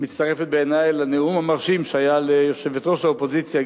מצטרפת בעיני לנאום המרשים שהיה ליושבת-ראש האופוזיציה,